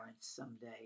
someday